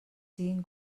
siguin